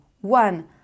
one